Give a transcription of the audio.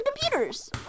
computers